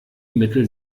mittel